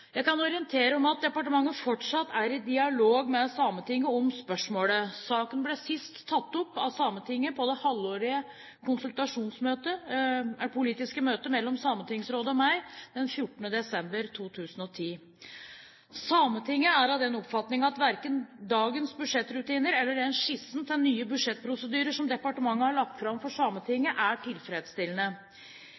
Jeg kan orientere om at departementet fortsatt er i dialog med Sametinget om spørsmålet. Saken ble sist tatt opp av Sametinget på det halvårlige politiske møtet mellom Sametingsrådet og meg den 14. desember 2010. Sametinget er av den oppfatning at verken dagens budsjettrutiner eller den skissen til nye budsjettprosedyrer som departementet har lagt fram for